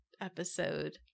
episode